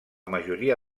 majoria